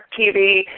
TV